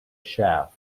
shaft